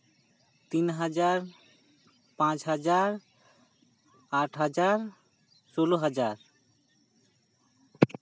ᱛᱤᱱ ᱦᱟᱡᱟᱨ ᱯᱟᱸᱪ ᱦᱟᱡᱟᱨ ᱟᱴ ᱦᱟᱡᱟᱨ ᱥᱳᱞᱳ ᱦᱟᱡᱟᱨ